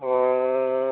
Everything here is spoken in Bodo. अ